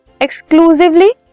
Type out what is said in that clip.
exclusively